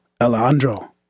Alejandro